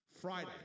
Friday